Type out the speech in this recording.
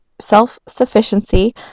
self-sufficiency